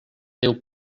déu